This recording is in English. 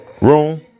room